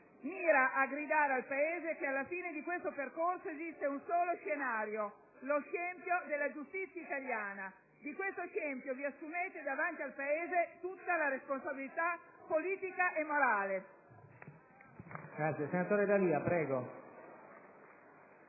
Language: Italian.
mira a gridare al Paese che alla fine di questo percorso esiste un solo scenario: lo scempio della giustizia italiana. Di questo scempio vi assumete davanti al Paese tutta la responsabilità politica e morale. *(Applausi dal Gruppo*